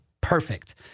perfect